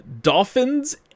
Dolphins